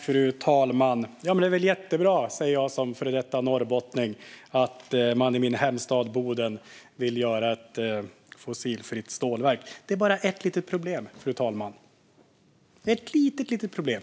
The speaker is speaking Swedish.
Fru talman! Det är väl jättebra, säger jag som före detta norrbottning, att man i min hemstad Boden vill göra ett fossilfritt stålverk. Det finns bara ett litet problem, fru talman, en liten detalj: